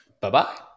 Bye-bye